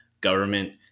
government